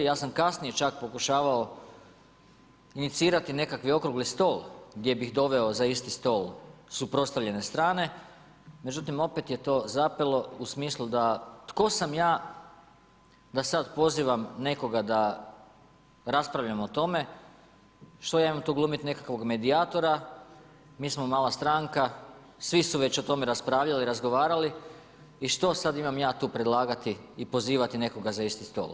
Ja sam kasnije čak pokušavao inicirati nekakvi okrugli stol gdje bih doveo za isti stol suprotstavljene strane, međutim opet je to zapelo u smislu da tko sam ja da sad pozivam nekoga da raspravljamo o tome, što ja imam tu glumit nekakvog medijatora, mi smo mala stranka, svi su već o tome raspravljali, razgovarali i što sad imam ja tu predlagati i pozivati nekoga za isti stol?